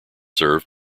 served